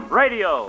radio